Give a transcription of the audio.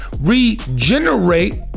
regenerate